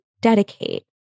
dedicate